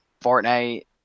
fortnite